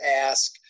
ask